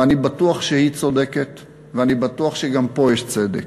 ואני בטוח שהיא צודקת ואני בטוח שגם פה יש צדק.